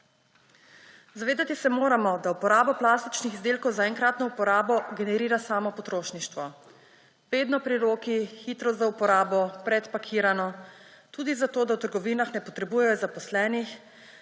Zavedati se moramo, da uporaba plastičnih izdelkov za enkratno uporabo generira samo potrošništvo; vedno pri roki, hitro za uporabo, predpakirano, tudi zato, da v trgovinah ne potrebujejo zaposlenih,